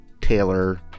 Taylor